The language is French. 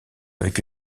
avec